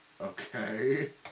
Okay